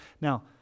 Now